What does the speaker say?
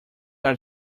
are